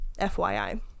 FYI